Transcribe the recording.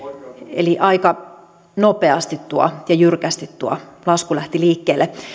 eli aika nopeasti ja jyrkästi tuo lasku lähti liikkeelle